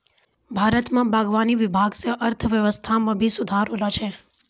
भारत मे बागवानी विभाग से अर्थव्यबस्था मे भी सुधार होलो छै